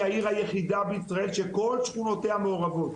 היא העיר היחידה בישראל שכל שכונותיה מעורבות.